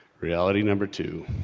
reality number two.